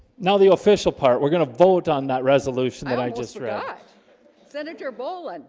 now the official part we're gonna vote on that resolution that i just wrapped senator bolin